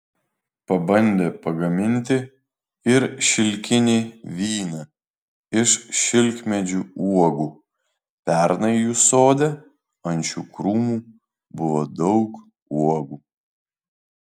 pabandė pagaminti ir šilkinį vyną iš šilkmedžių uogų pernai jų sode ant šių krūmų buvo daug uogų